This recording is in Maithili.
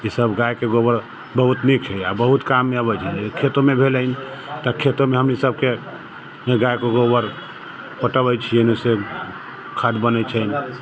ई सब गायके गोबर बहुत नीक छै आ बहुत काममे अबैत छै खेतोमे भेलै तऽ खेतोमे हमनी सबके गायके गोबर पटबैत छियै ने से खाद बनैत छै